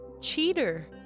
Cheater